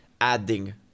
adding